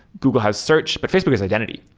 google has search. but facebook has identity,